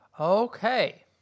Okay